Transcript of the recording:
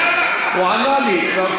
להגן עלי, להתנצל,